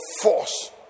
force